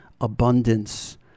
abundance